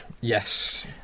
yes